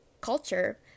culture